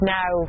now